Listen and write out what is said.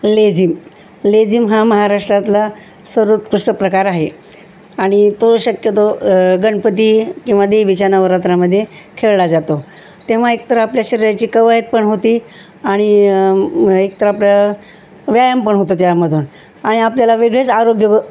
लेझीम लेझीम हा महाराष्ट्रातला सर्वोत्कृष्ट प्रकार आहे आणि तो शक्यतो गणपती किंवा देवीच्या नवरात्रामध्ये खेळला जातो तेव्हा एकतर आपल्या शरीराची कवयत पण होती आणि एकतर आपलं व्यायाम पण होतं त्यामधून आणि आपल्याला वेगळेच आरोग्य व